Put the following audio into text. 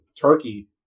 turkey